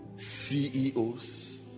CEOs